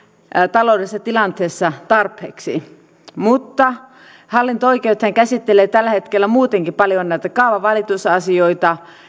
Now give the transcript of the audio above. taloudellisessa tilanteessa tarpeeksi hallinto oikeudethan käsittelevät tällä hetkellä muutenkin paljon näitä kaavavalitusasioita